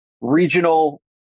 regional